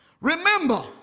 Remember